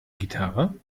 gitarre